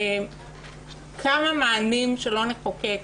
כמה מענים שלא נחוקק